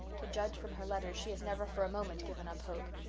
to judge from her letters she has never for a moment given up hope,